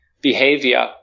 behavior